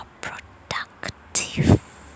productive